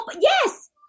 Yes